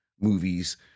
movies